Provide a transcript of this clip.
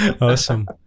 awesome